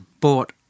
bought